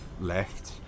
left